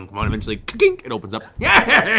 on, come on. eventually tink it opens up. yeah